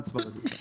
ו-1% ספרדי.